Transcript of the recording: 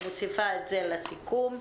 מוסיפה את זה לסיכום.